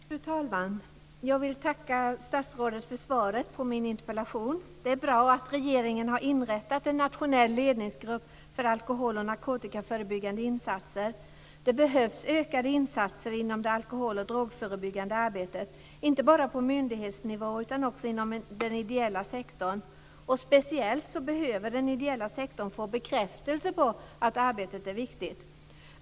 Fru talman! Jag vill tacka statsrådet för svaret på min interpellation. Det är bra att regeringen har inrättat en nationell ledningsgrupp för alkohol och narkotikaförebyggande insatser. Det behövs ökade insatser inom det alkohol och drogförebyggande arbetet, inte bara på myndighetsnivå utan också inom den ideella sektorn. Speciellt den ideella sektorn behöver få bekräftelse på att arbetet är viktigt.